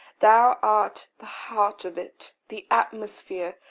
thou art the heart of it, the atmosphere.